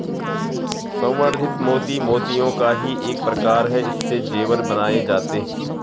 संवर्धित मोती मोतियों का ही एक प्रकार है इससे जेवर बनाए जाते हैं